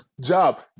job